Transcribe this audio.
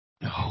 No